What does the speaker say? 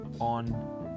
on